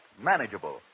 manageable